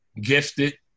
gifted